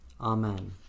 amen